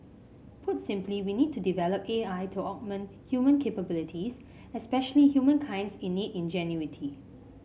put simply we need to develop A I to augment human capabilities especially humankind's innate ingenuity